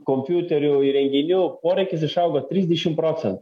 kompiuterių įrenginių poreikis išaugo trisdešim procentų